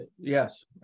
Yes